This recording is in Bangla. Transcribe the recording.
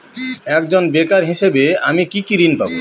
একজন বেকার হিসেবে আমি কি কি ঋণ পাব?